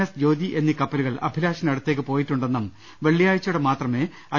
S Jyoti എന്നീ കപ്പലുകൾ അഭിലാഷിനടുത്തേ ക്ക് പോയിട്ടുണ്ടെന്നും വെള്ളിയാഴ്ചയോടെ മാത്രമേ ഐ